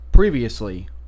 Previously